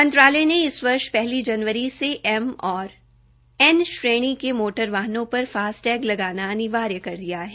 मंत्रालय ने इस वर्ष पहली जनवरी से एम और एन श्रेणी के मोटर वाहनों पर फास्ट्रेग लगाना अनिवार्य कर दिया है